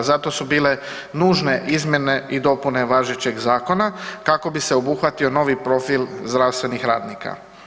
Zato su bile nužne izmjene i dopune važećeg zakona kako bi se obuhvatio novi profil zdravstvenih radnika.